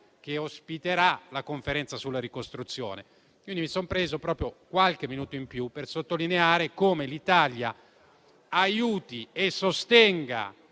che ospiterà la conferenza sulla ricostruzione. Mi son preso qualche minuto in più per sottolineare come l'Italia aiuti e sostenga